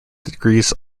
degrees